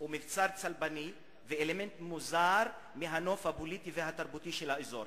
ומבצר צלבני ואלמנט מוזר בנוף הפוליטי והתרבותי של האזור.